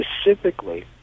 specifically